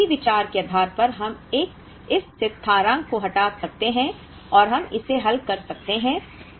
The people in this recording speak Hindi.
और उसी विचार के आधार पर हम इस स्थिरांक को हटा सकते हैं और हम इसे हल कर सकते हैं